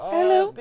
Hello